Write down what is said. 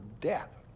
death